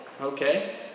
Okay